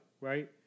right